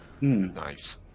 Nice